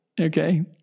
okay